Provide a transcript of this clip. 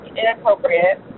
inappropriate